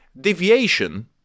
deviation